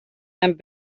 and